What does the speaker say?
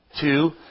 Two